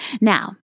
now